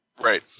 Right